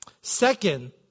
Second